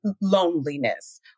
loneliness